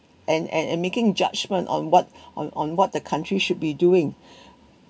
and and and making judgement on what on on what the country should be doing